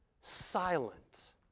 silent